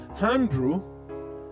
Andrew